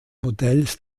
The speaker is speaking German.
modells